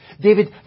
David